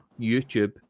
youtube